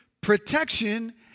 protection